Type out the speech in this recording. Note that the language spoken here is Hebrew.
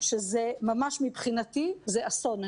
שזה מבחינתי ממש אסון.